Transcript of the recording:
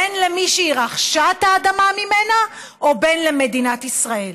בין למי שהיא רכשה את האדמה ממנו ובין למדינת ישראל?